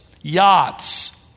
yachts